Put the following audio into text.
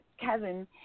Kevin